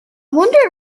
wonder